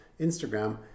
Instagram